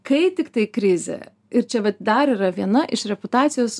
kai tiktai krizė ir čia va dar yra viena iš reputacijos